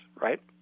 right